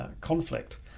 conflict